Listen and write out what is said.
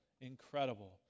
incredible